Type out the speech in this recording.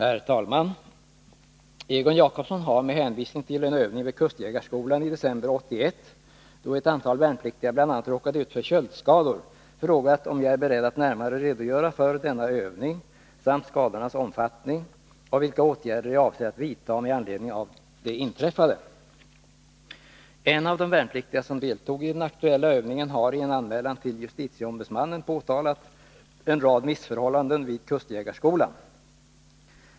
Herr talman! Egon Jacobsson har med hänvisning till en övning vid kustjägarskolan i december 1981 då ett antal värnpliktiga bl.a. råkade ut för köldskador frågat om jag är beredd att närmare redogöra för denna övning samt skadornas omfattning och vilka åtgärder jag avser att vidta med anledning av det inträffade. En av de värnpliktiga, som deltogi den aktuella övningen, har i en anmälan till justitieombudsmannen påtalat en rad missförhållanden vid kustjägarskolan.